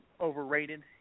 overrated